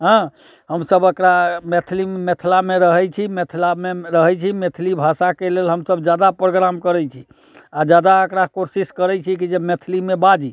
हँ हम सब एकरा मैथली मिथिलामे रहैत छी मिथिलामे रहैत छी मैथिली भाषाके लेल हमसब जादा प्रोग्राम करैत छी आ जादा एकरा कोशिश करैत छी कि जे मैथिलीमे बाजी